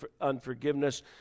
unforgiveness